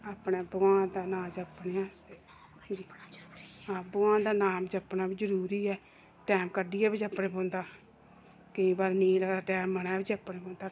अपने भगवान दा नांऽ जपने आं ते हां भगवान दा नांऽ जपना बी जरूरी ऐ टैम कड्ढियै बी जप्पना पौंदा केईं बारी नेईं लगदा टाइम मनै च बी जपना पौंदा